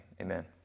amen